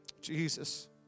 Jesus